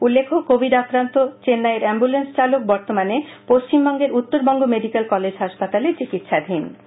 উল্লেখ্য কোভিড আক্রান্ত চেন্নাইয়ের অ্যাম্বুলেন্স চালক বর্তমানে পশ্চিমবঙ্গের উত্তরবঙ্গ মেডিক্যাল কলেজ হাসপাতালে চিকিৎসাধীন রয়েছে